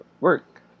work